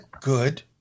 good